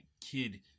kid